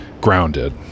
grounded